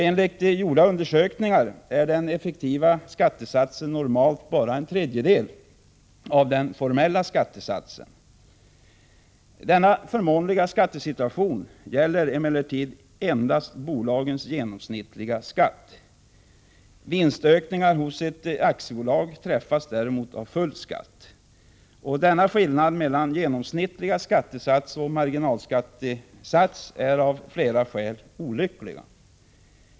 Enligt gjorda undersökningar är den effektiva skattesatsen normalt bara en tredjedel av den formella skattesatsen. Denna förmånliga skattesituation gäller emellertid endast bolagens genomsnittliga skatt. Vinstökningar hos ett aktiebolag träffas däremot av full skatt. Denna skillnad mellan genomsnittlig skattesats och marginalskattesats är av flera skäl olycklig.